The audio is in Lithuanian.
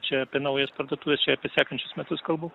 čia apie naujas parduotuves čia apie sekančius metus kalbu